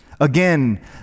Again